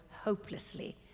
hopelessly